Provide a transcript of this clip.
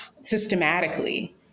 systematically